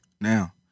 Now